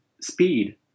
speed